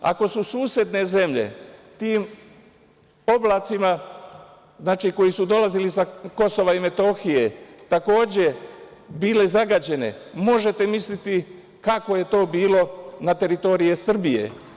Ako su susedne zemlje tim oblacima koji su dolazili sa Kosova i Metohije takođe bile zagađene, možete misliti kako je to bilo na teritoriji Srbije.